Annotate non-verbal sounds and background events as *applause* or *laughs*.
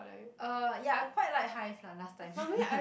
uh ya I quite like hive lah last time *laughs*